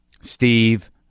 Steve